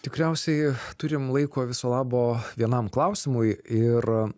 tikriausiai turim laiko viso labo vienam klausimui ir